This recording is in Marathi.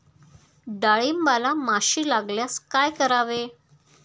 डाळींबाला माशी लागल्यास काय करावे?